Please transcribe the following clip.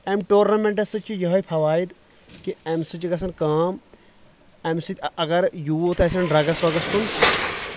امہِ ٹورنمیٚنٹس سۭتۍ چھُ یہے فواید کہِ امہِ سۭتۍ چھِ گژھان کٲم کہِ امہِ سۭتۍ اگر یوٗتھ آسان ڈرگس وگس کُن